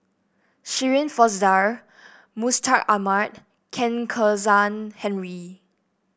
Shirin Fozdar Mustaq Ahmad Chen Kezhan Henri